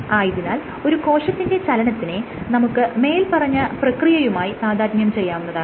ആയതിനാൽ ഒരു കോശത്തിന്റെ ചലനത്തിനെ നമുക്ക് മേല്പറഞ്ഞ പ്രക്രിയയുമായി താദാത്മ്യം ചെയ്യാവുന്നതാണ്